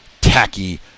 tacky